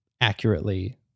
accurately